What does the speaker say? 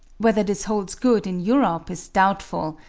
whether this holds good in europe is doubtful,